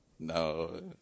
No